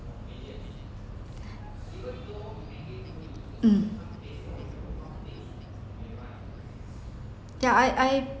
mm ya I I